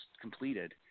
completed